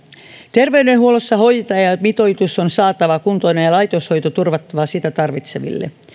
terveydenhuollossa hoitajamitoitus on saatava kuntoon ja laitoshoito turvattava sitä tarvitseville